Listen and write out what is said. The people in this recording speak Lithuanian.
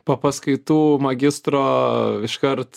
po paskaitų magistro iškart